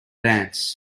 dance